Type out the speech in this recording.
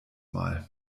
mal